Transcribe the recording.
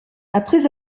après